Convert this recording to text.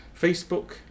facebook